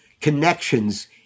connections